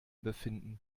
befinden